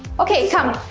okay, come.